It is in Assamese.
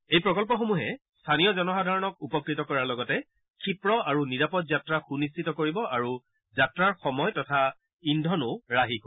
এই প্ৰকল্পসমূহে স্থানীয় জনসাধাৰণক উপকৃত কৰাৰ লগতে ক্ষীপ্ৰ আৰু নিৰাপদ যাত্ৰা সূনিশ্চিত কৰিব আৰু যাত্ৰাৰ সময় তথা ইন্ধনো ৰাহী কৰিব